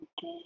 Okay